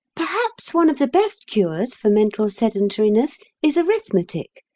perhaps one of the best cures for mental sedentariness is arithmetic,